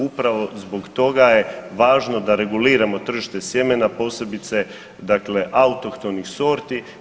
Upravo zbog toga je važno da reguliramo tržište sjemena posebice dakle autohtonih sorti.